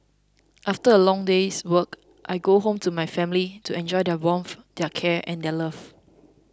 after a long day's work I go home to my family to enjoy their warmth their care and their love